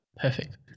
Perfect